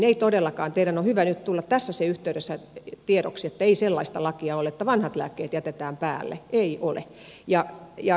teille on hyvä tulla nyt se tässä yhteydessä tiedoksi että ei sellaista lakia ole että vanhat lääkkeet jätetään päälle ei ole